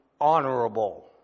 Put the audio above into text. honorable